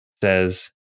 says